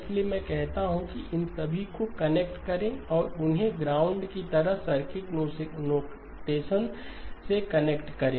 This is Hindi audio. इसलिए मैं कहता हूं कि इन सभी को कनेक्ट करें और उन्हें ग्राउंड की तरह सर्किट नोटेशन से कनेक्ट करें